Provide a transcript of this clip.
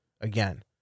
again